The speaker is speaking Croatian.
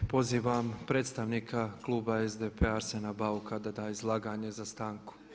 Pozivam predstavnika Kluba SDP-a Arsena Bauka da da izlaganje za stanku.